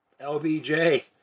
LBJ